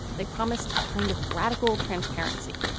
they promised a kind of radical transparency.